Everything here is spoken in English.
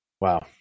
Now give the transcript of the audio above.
Wow